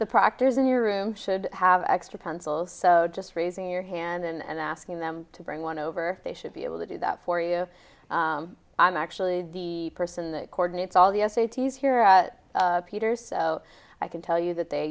the proctors in your room should have extra pencils just raising your hand and asking them to bring one over they should be able to do that for you i'm actually the person that coordinates all the s a t s here peter so i can tell you that they